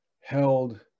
held